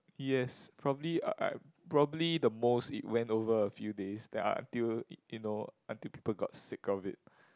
yes probably uh probably the most it went over a few days that until you know until people got sick of it